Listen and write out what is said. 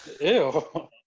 Ew